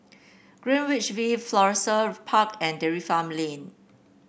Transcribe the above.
Greenwich V Florissa Park and Dairy Farm Lane